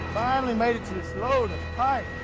finally made it to this load